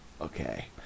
okay